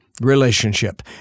relationship